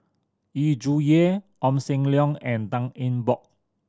Yu Zhuye Ong Sam Leong and Tan Eng Bock